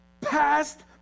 past